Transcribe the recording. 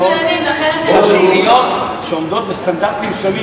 אתם הייתם מצוינים,